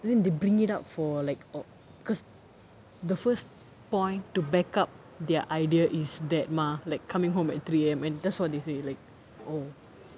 then they bring it up for like o~ because the first point to backup their idea is that mah like coming home at three A_M and that's what they say like oh